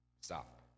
Stop